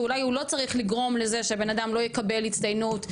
שאולי הוא לא צריך לגרום לזה שהבן-אדם לא יקבל הצטיינות.